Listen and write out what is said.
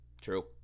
True